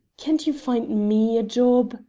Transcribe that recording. can't you find me a job?